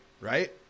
right